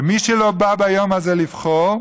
ומי שלא בא ביום הזה לבחור,